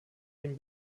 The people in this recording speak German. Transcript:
den